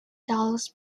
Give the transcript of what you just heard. dallas